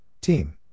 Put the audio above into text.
Team